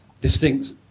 distinct